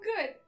good